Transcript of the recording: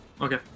Okay